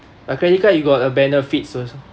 a credit card you got a benefit so